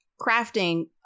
crafting